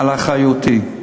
על אחריותי,